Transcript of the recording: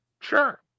Sure